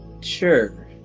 sure